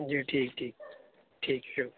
جی ٹھیک ٹھیک ٹھیک شک